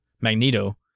Magneto